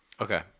Okay